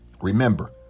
remember